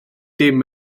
dim